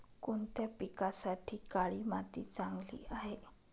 कोणत्या पिकासाठी काळी माती चांगली आहे?